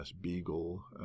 Beagle